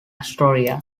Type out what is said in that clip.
astoria